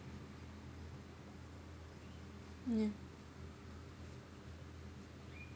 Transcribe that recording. ya